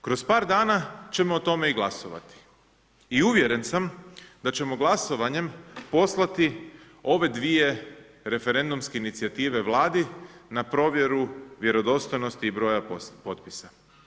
Kroz par dana ćemo o tome i glasovati i uvjeren sam da ćemo glasovanjem poslati ove dvije referendumske inicijative Vladi na provjeru vjerodostojnosti i broja potpisa.